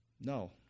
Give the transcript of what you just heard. No